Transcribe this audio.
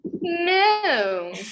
No